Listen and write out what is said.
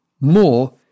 more